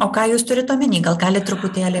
o ką jūs turit omeny gal galit truputėlį